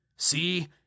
see